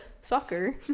soccer